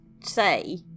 say